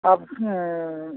आप